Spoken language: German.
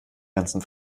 ganzen